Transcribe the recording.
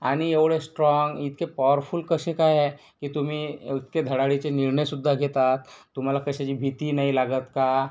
आणि एवढे स्ट्राँग इतके पॉवरफुल कसे काय हाय की तुम्ही इतके धडाडीचे निर्णयसुद्धा घेतात तुम्हाला कशाची भीती नाही लागत का